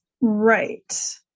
Right